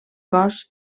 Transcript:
cos